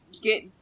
get